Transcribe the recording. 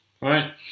Right